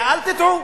ואל תטעו,